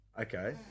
Okay